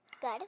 Good